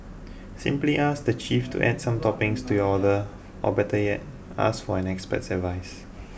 simply ask the chief to add some toppings to your order or better yet ask for an expert's advice